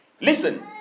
Listen